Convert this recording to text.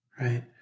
right